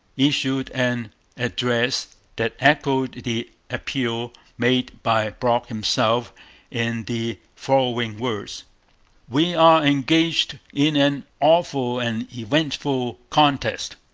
issued an address that echoed the appeal made by brock himself in the following words we are engaged in an awful and eventful contest.